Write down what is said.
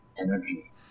energy